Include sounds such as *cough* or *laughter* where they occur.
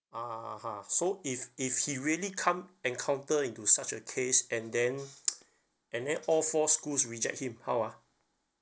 (uh huh) so if if he really come encounter into such a case and then *noise* and then all four schools reject him how ah